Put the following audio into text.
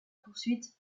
poursuite